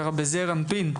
קרא בזעיר אנפין,